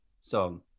song